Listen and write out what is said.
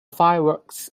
fireworks